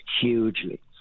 hugely